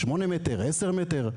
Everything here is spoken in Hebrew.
שמונה מטרים, 10 מטרים?